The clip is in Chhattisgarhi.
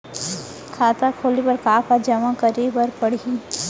खाता खोले बर का का जेमा करे बर पढ़इया ही?